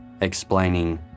explaining